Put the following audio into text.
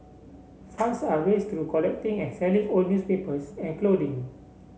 funds are raised through collecting and selling old newspapers and clothing